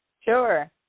sure